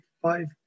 five